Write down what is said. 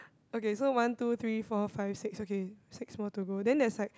okay so one two three four five six okay six more to go then there's like